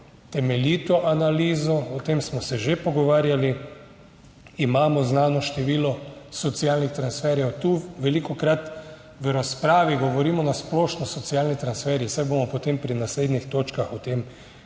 temeljito analizo, o tem smo se že pogovarjali. Imamo znano število socialnih transferjev. Tu velikokrat v razpravi govorimo na splošno o socialnih transferjih, saj bomo potem pri naslednjih točkah o tem